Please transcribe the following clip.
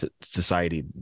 society